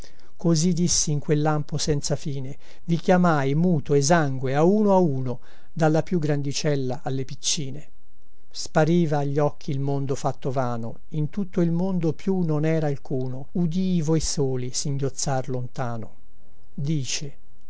così dissi in quel lampo senza fine i chiamai muto esangue a uno a uno dalla più grandicella alle piccine spariva a gli occhi il mondo fatto vano in tutto il mondo più non era alcuno udii voi soli singhiozzar lontano dice